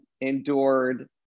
endured